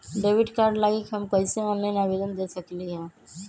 Debit card लागी हम कईसे ऑनलाइन आवेदन दे सकलि ह?